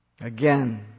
Again